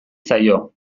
zaio